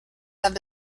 have